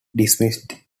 dismissed